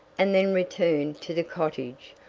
and then returned to the cottage,